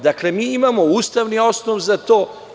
Dakle, mi imamo ustavni osnov za to.